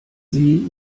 sie